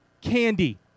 Candy